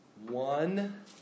One